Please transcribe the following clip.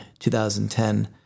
2010